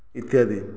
ଇତ୍ୟାଦି